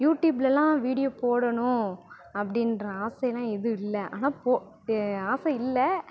யூடியூப்லலாம் video போடணும் அப்படின்ற ஆசையெலாம் எதுவும் இல்லை ஆனால் போ ஆசை இல்லை